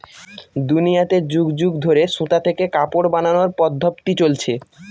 দুনিয়াতে যুগ যুগ ধরে সুতা থেকে কাপড় বানানোর পদ্ধপ্তি চলছে